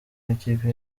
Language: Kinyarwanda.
w’ikipe